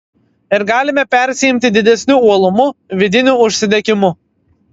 ir galime persiimti didesniu uolumu vidiniu užsidegimu